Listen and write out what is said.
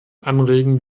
anregen